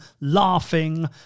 laughing